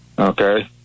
Okay